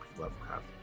lovecraft